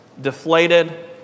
deflated